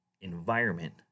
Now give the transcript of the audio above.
Environment